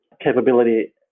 capability